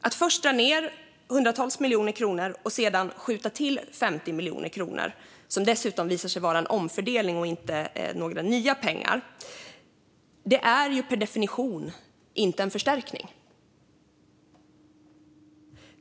Att först dra ned hundratals miljoner kronor och sedan skjuta till 50 miljoner kronor, som dessutom visar sig vara en omfördelning och inte några nya pengar, är per definition inte en förstärkning.